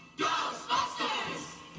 Ghostbusters